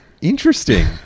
Interesting